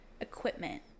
equipment